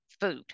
food